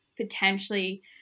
potentially